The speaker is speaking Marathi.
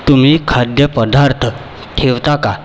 तुम्ही खाद्यपदार्थ ठेवता का